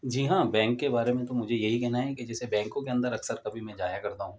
جی ہاں بینک کے بارے میں تو مجھے یہی کہنا ہے کہ جیسے بینکوں کے اندر اکثر کبھی میں جایا کرتا ہوں